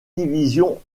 division